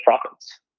profits